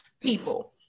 people